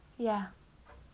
yeah